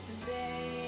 today